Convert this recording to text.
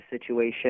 situation